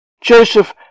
Joseph